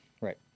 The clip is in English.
Right